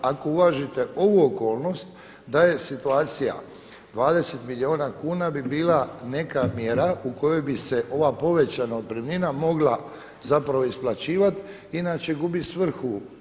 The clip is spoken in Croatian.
Ako uvažite ovu okolnost da je situacija 20 milijuna kuna bi bila neka mjera u kojoj bi se ova povećana otpremnina mogla zapravo isplaćivat inače gubi svrhu.